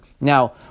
Now